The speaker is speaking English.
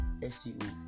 SEO